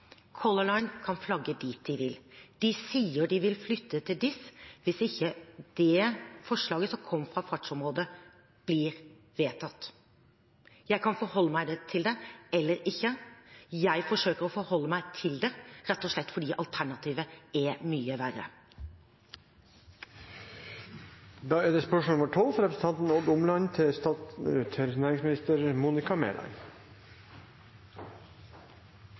Color Line kan flagge dit de vil. De sier de vil flytte til DIS hvis forslaget fra fartsområdeutvalget ikke blir vedtatt. Jeg kan forholde meg til det eller ikke. Jeg forsøker å forholde meg til det, rett og slett fordi alternativet er mye verre.